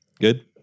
Good